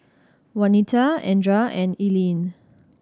Wanita Andra and Ilene